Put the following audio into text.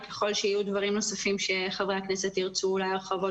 וככל שיהיו דברים נוספים שחברי הכנסת ירצו אולי הרחבות